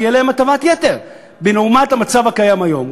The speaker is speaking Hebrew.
כי תהיה להם הטבת יתר לעומת המצב הקיים היום.